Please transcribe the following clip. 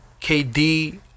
KD